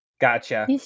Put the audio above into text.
Gotcha